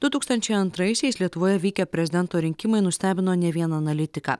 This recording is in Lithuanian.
du tūkstančiai antraisiais lietuvoje vykę prezidento rinkimai nustebino ne vieną analitiką